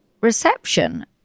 reception